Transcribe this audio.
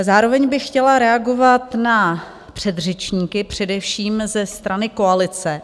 Zároveň bych chtěla reagovat na předřečníky, především ze strany koalice.